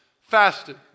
Fasted